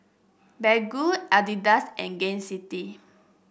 Baggu Adidas and Gain City